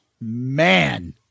man